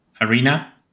Arena